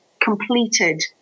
completed